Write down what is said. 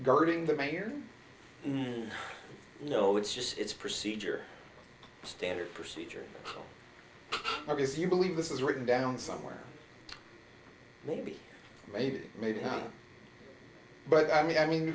guarding the mayor you know it's just it's procedure standard procedure i guess you believe this is written down somewhere maybe maybe maybe not but i mean i mean